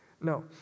No